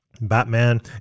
Batman